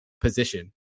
position